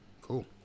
Cool